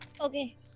Okay